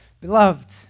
beloved